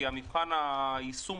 כי מבחן היישום,